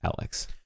alex